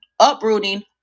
uprooting